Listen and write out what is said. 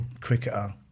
cricketer